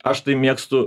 aš tai mėgstu